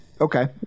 Okay